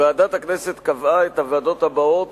ועדת הכנסת קבעה את הוועדות הבאות